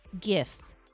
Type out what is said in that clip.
gifts